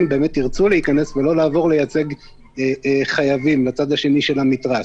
באמת ירצו להיכנס ולא לעבור לייצג חייבים לצד השני של המתרס.